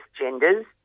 genders